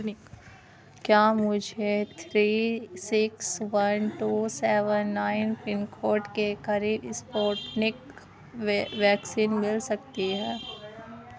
کیا مجھے three six one two seven nine pin code کے قریب اسپوٹنک وے ویکسین مل سکتی ہے